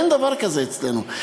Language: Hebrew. אין דבר כזה אצלנו.